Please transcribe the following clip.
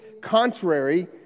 contrary